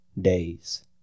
days